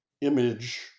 image